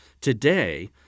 Today